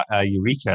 eureka